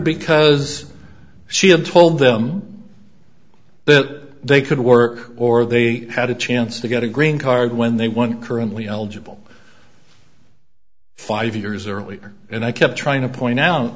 because she had told them that they could work or they had a chance to get a green card when they won currently eligible five years earlier and i kept trying to point out